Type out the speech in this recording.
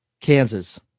kansas